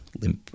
limp